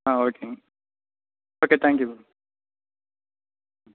ஆ ஓகேங்க okay thank you